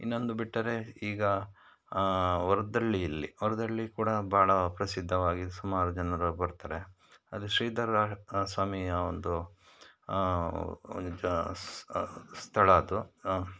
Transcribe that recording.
ಇನ್ನೊಂದು ಬಿಟ್ಟರೆ ಈಗ ವರ್ದಳ್ಳಿಯಲ್ಲಿ ವರದಳ್ಳಿ ಕೂಡ ಭಾಳ ಪ್ರಸಿದ್ದವಾಗಿ ಸುಮಾರು ಜನರು ಬರ್ತಾರೆ ಅದು ಶ್ರೀಧರ ಸ್ವಾಮಿಯ ಒಂದು ಸ್ಥಳ ಅದು